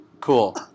Cool